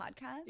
podcast